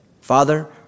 Father